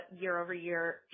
year-over-year